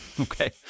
Okay